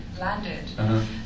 landed